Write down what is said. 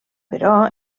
però